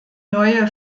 neue